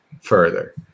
further